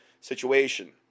situation